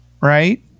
right